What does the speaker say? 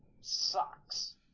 sucks